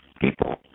people